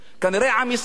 כנראה עם ישראל,